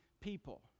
people